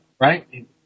right